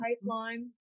pipeline